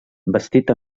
bastit